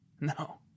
No